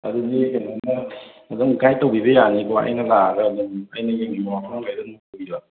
ꯑꯗꯨꯗꯤ ꯀꯩꯅꯣꯃ ꯑꯗꯨꯝ ꯒꯥꯏꯗ ꯇꯧꯕꯤꯕ ꯌꯥꯅꯤꯀꯣ ꯑꯩꯅ ꯂꯥꯛꯑꯒ ꯑꯗꯨꯝ ꯑꯩꯅ ꯌꯦꯡꯅꯤꯡꯕ ꯃꯐꯝꯒꯩꯗ ꯑꯗꯨꯝ ꯄꯨꯕꯤꯕ